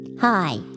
hi